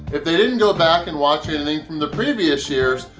if they didn't go back and watch anything from the previous years,